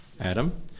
Adam